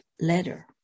letter